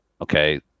okay